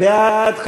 בעד,